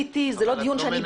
שרציתי, זה לא דיון שביקשתי.